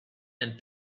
and